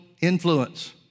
influence